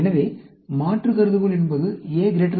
எனவே மாற்று கருதுகோள் என்பது A B